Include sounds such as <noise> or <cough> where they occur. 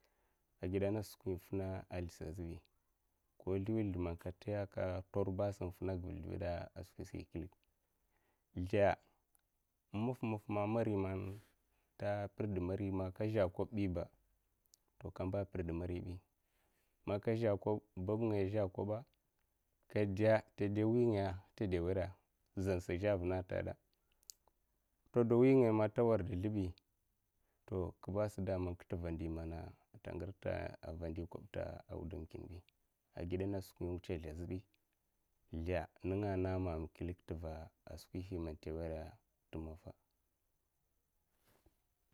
Agida nasa skwiinfina sldisa azhibi ko sldiwud a slda man ka tiya'a kator basa infina giv sldiwud skwisa klik slda in maff maffa ma mari man ta girda mari ma kazha kob'biba to kamba pirda mari bi ma kazha kob babngaya azha kabba kade wingaya a tada wera'a, zansa a zha vina atagada tade. <noise> Wingaya man ta warda sldabi to kabasa daman kativa ndimana andi kob tiwudum kimbi a gida nasa ski in wuta. Slida azibi slda ninga na mama klik tiva skwi man tewera'a ta maffa, <noise>